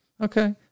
okay